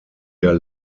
der